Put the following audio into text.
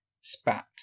spat